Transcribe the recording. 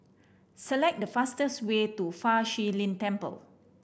select the fastest way to Fa Shi Lin Temple